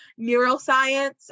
neuroscience